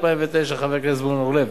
חבר הכנסת זבולון אורלב.